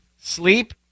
Sleep